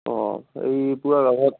অঁ এই পুৱাৰ ভাগত